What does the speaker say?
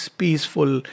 peaceful